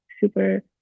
super